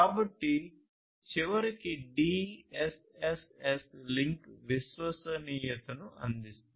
కాబట్టి చివరికి DSSS link విశ్వసనీయతను అందిస్తుంది